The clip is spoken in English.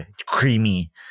creamy